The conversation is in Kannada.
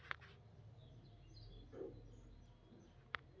ಹೂವಿನ ತ್ವಾಟಾ ಹೊಲಾ ಇದ್ದಾರ ಭಾಳಮಂದಿ ಜೇನ ಸಾಕಾಣಿಕೆ ಮಾಡ್ತಾರ